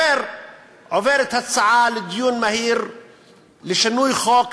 עוברת הצעה לדיון מהיר לשינוי חוק,